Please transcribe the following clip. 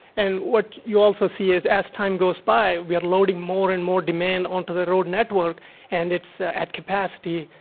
and what you also see is as time goes by, we are loading more and more demand onto the road network and it's at capacity.